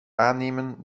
aannemen